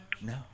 No